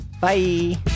Bye